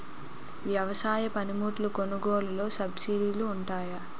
వ్యవసాయ పనిముట్లు కొనుగోలు లొ సబ్సిడీ లు వుంటాయా?